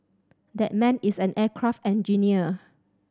that man is an aircraft engineer